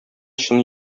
чын